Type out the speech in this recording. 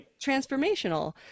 transformational